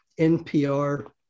NPR